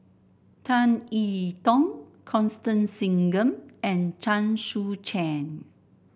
Tan I Tong Constance Singam and Chen Sucheng